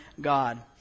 God